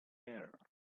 air